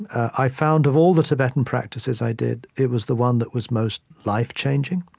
i found, of all the tibetan practices i did, it was the one that was most life-changing,